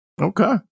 Okay